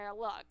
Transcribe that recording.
look